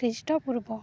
ଖ୍ରୀଷ୍ଟପୂର୍ବ